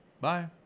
bye